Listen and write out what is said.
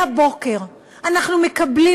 מהבוקר אנחנו מקבלים,